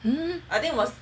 mm